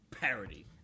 parody